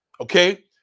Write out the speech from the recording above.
Okay